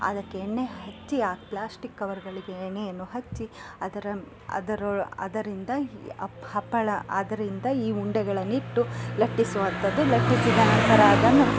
ಅದಕ್ಕೆ ಎಣ್ಣೆ ಹಚ್ಚಿ ಆ ಪ್ಲಾಸ್ಟಿಕ್ ಕವರ್ಗಳಿಗೆ ಎಣ್ಣೆಯನ್ನು ಹಚ್ಚಿ ಅದರ ಅದರೊ ಅದರಿಂದ ಅಪ್ಪ ಹಪ್ಪಳ ಅದ್ರಿಂದ ಈ ಉಂಡೆಗಳನ್ನು ಇಟ್ಟು ಲಟ್ಟಿಸುವಂಥದ್ದು ಲಟ್ಟಿಸಿದ ನಂತರ ಅದನ್ನು